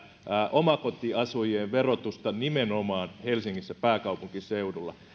omakotiasujien verotusta nimenomaan helsingissä pääkaupunkiseudulla